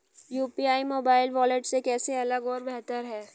UPI mobile wallet से कैसे अलग और बेहतर है?